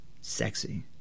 Sexy